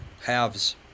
halves